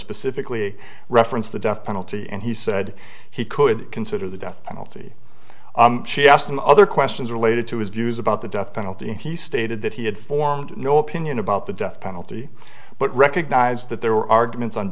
specifically referenced the death penalty and he said he could consider the death penalty she asked him other questions related to his views about the death penalty and he stated that he had formed no opinion about the death penalty but recognized that there were arguments on